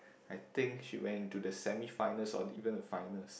I think she went into the semi finals or even the finals